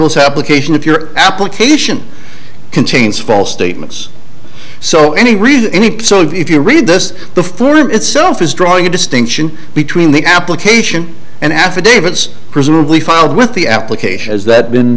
frivolous application if your application contains false statements so any reason any so if you read this the form itself is drawing a distinction between the application and affidavit is presumably filed with the application has that been